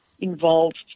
involved